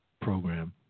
program